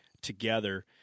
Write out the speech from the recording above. together